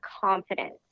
confidence